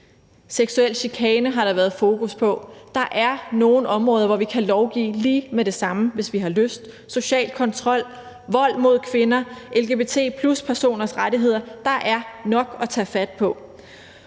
Seksuel chikane har der været fokus på. Der er nogle områder, hvor vi kan lovgive lige med det samme, hvis vi har lyst. Det samme gælder social kontrol, vold mod kvinder, LGBT+-personers rettigheder – der er nok at tage fat på.